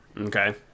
Okay